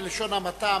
בלשון המעטה,